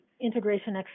integration